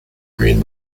green